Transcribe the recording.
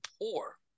poor